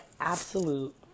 absolute